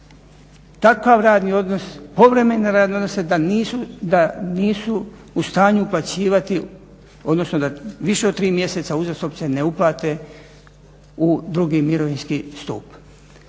takav radni odnos, povremene radne odnose da nisu u stanju uplaćivati, odnosno da više od 3 mjeseca uzastopno ne uplate u drugi mirovinski stup.